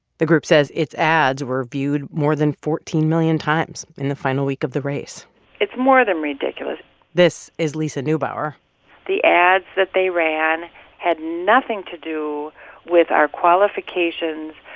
the group says its ads were viewed more than fourteen million times in the final week of the race it's more than ridiculous this is lisa neubauer the ads that they ran had nothing to do with our qualifications,